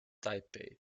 taipei